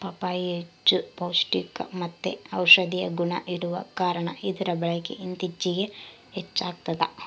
ಪಪ್ಪಾಯಿ ಹೆಚ್ಚು ಪೌಷ್ಟಿಕಮತ್ತೆ ಔಷದಿಯ ಗುಣ ಇರುವ ಕಾರಣ ಇದರ ಬಳಕೆ ಇತ್ತೀಚಿಗೆ ಹೆಚ್ಚಾಗ್ತದ